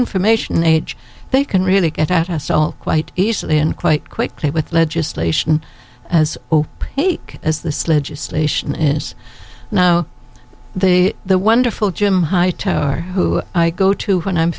information age they can really get out assault quite easily and quite quickly with legislation as opaque as this legislation is now the the wonderful jim hi teller who i go to when i'm